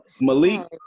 Malik